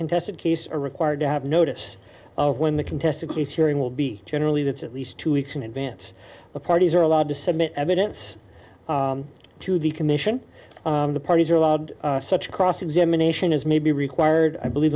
contested case are required to have notice of when the contested case hearing will be generally that's at least two weeks in advance the parties are allowed to submit evidence to the commission of the parties are allowed such cross examination as may be required i believe